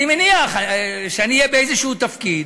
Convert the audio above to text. אני מניח שאני אהיה באיזה תפקיד,